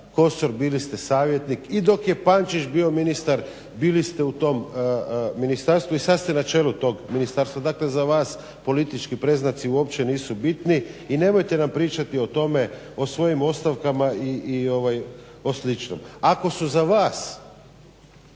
Kosor, bili ste savjetnik i dok je Pančić bio ministar bili ste u tom ministarstvu i sad ste na čelu tog ministarstva. Dakle za vas politički predznaci uopće nisu bitni i nemojte nam pričati o tome o svojim ostavkama i sličnom. Ako su za vas